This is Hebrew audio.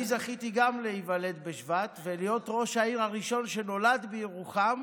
גם אני זכיתי להיוולד בשבט ולהיות ראש העיר הראשון שנולד בירוחם